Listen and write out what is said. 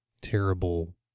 terrible